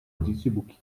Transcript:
notitieboekje